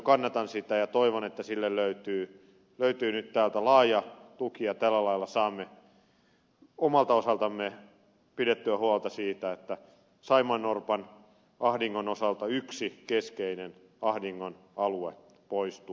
kannatan sitä ja todella toivon että sille löytyy nyt täältä laaja tuki ja tällä lailla saamme omalta osaltamme pidettyä huolta siitä että saimaannorpan ahdingon osalta yksi keskeinen ahdingon alue poistuu